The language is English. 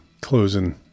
closing